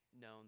known